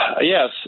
yes